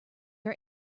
are